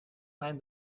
find